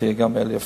גם אלי אפללו.